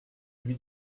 lui